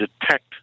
detect